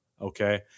okay